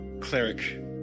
cleric